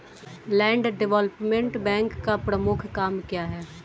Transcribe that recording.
Land development bank का प्रमुख काम क्या है?